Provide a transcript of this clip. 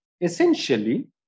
essentially